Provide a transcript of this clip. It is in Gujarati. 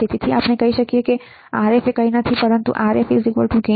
તેથી આપણે કહી શકીએ કે Rfકંઈ નથી પણ RfgainR1